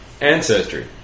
ancestry